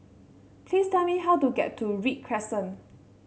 please tell me how to get to Read Crescent